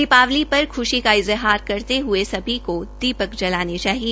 दीपावली पर ख्शी का इज़हार करते हुये सभी को दीपक जलाने चाहिए